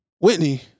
Whitney